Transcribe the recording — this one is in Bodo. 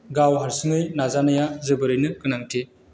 गाव हारसिङै नाजानाया जोबोरैनो गोनांथि